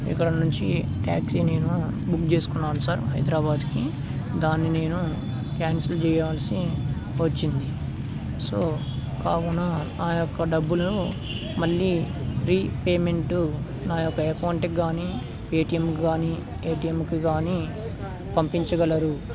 ఇక్కడ నుంచి ట్యాక్సీ నేను బుక్ చేసుకున్నాను సార్ హైదరాబాదుకి దాన్ని నేను క్యాన్సిల్ చేయాల్సి వచ్చింది సో కావున ఆ యొక్క డబ్బులు మళ్ళీ రీపేమెంటు నా యొక్క అకౌంటుకి కానీ పేటీఎంకి కానీ ఏటీఎంకి కానీ పంపించగలరు